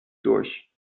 durch